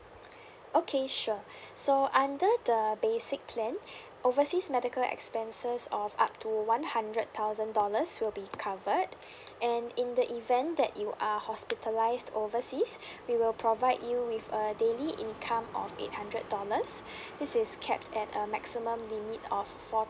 okay sure so under the basic plan overseas medical expenses of up to one hundred thousand dollars will be covered and in the event that you are hospitalised overseas we will provide you with a daily income of eight hundred dollars this is capped at a maximum limit of four